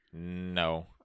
No